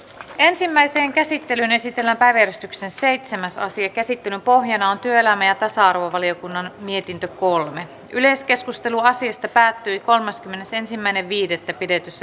ensimmäiseen käsittelyyn esitellään päiväjärjestyksen seitsemän sasi käsittelyn pohjana on työläin ja tasa arvovaliokunnan mietintö kolme yleiskeskustelu asiasta pykälä hyväksytään vastalauseen mukaisena